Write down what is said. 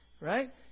Right